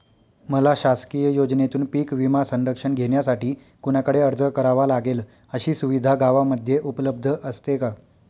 मला शासकीय योजनेतून पीक विमा संरक्षण घेण्यासाठी कुणाकडे अर्ज करावा लागेल? अशी सुविधा गावामध्ये उपलब्ध असते का?